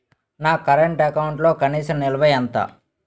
నా కరెంట్ అకౌంట్లో కనీస నిల్వ ఎంత?